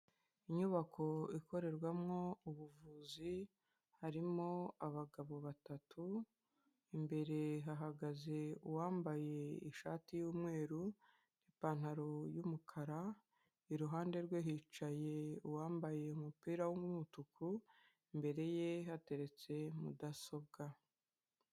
Inyubako ikorerwamo ubuvuzi harimo abagabo batatu, imbere hahagaze uwambaye ishati y'umweru, ipantaro y'umukara, iruhande rwe hicaye uwambaye umupira w'umutuku, imbere ye hateretse mudasobwa.